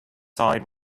side